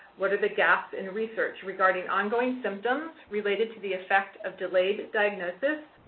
what are the gaps in research regarding ongoing symptoms related to the effect of delayed diagnosis,